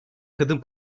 kadın